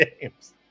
games